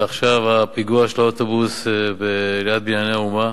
ועכשיו הפיגוע של האוטובוס ליד "בנייני האומה".